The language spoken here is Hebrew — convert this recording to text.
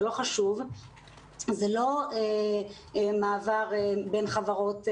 זה לא מעבר בין חברות,